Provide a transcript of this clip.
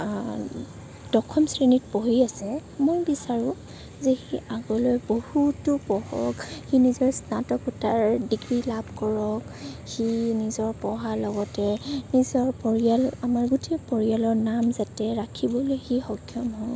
দশম শ্ৰেণীত পঢ়ি আছে মই বিচাৰোঁ যে সি আগলৈ বহুতো পঢ়ক সি নিজৰ স্নাতকোত্তৰ ডিগ্ৰী লাভ কৰক সি নিজৰ পঢ়াৰ লগতে সি নিজৰ পৰিয়াল আমাৰ গোটেই পৰিয়ালৰ নাম যাতে ৰাখিবলৈ সি সক্ষম হয়